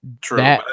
true